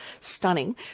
stunning